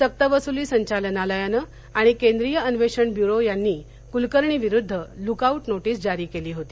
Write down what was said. सक्तवसुली संचालनालयानं आणि केंद्रीय अन्वेषण ब्युरो यांनी कुलकर्णी विरुद्ध लुक आउट नोटीस जारी केली होती